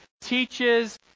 teaches